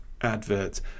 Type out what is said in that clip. advert